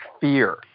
fear